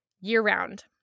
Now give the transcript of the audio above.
year-round